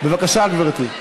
בבקשה, גברתי.